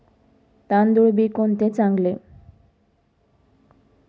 तांदूळ बी कोणते चांगले?